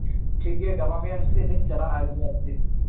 ᱴᱷᱤᱠᱜᱮᱭᱟ ᱜᱟᱯᱟ ᱢᱮᱭᱟᱝ ᱥᱮᱫᱞᱤᱧ ᱪᱟᱞᱟᱜᱼᱟ ᱟᱹᱜᱩ ᱟᱨ ᱪᱮᱫ